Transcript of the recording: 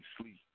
sleep